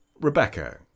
Rebecca